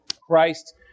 Christ